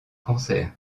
cancer